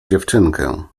dziewczynkę